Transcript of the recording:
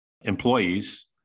employees